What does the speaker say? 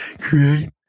create